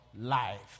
life